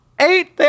Eight